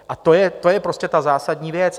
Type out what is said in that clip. A to je prostě ta zásadní věc.